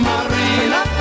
Marina